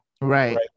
Right